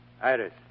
Iris